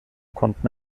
konnten